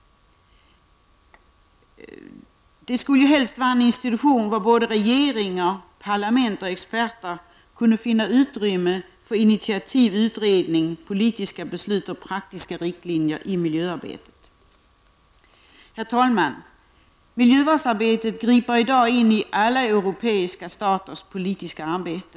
Det skulle helst vara en institution där både regeringar, parlament och experter kunde finna utrymme för olika initiativ, utredningar, politiska beslut och praktiska riktlinjer i miljöarbetet. Herr talman! Miljövårdsarbetet griper i dag in i alla europeiska staters politiska arbete.